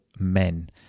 men